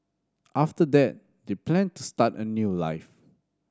after that they planned to start a new life